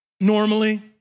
normally